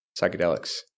psychedelics